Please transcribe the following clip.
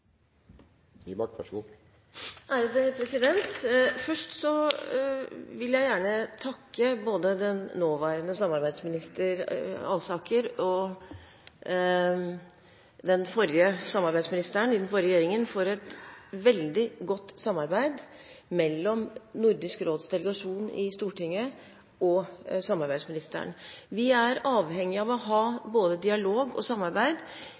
Først vil jeg gjerne takke både den nåværende samarbeidsminister, Aspaker, og den forrige samarbeidsministeren, i den forrige regjeringen, for et veldig godt samarbeid mellom Nordisk råds delegasjon i Stortinget og samarbeidsministeren. Vi er avhengig av å ha både dialog og samarbeid